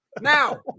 now